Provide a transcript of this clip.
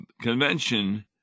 convention